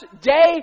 day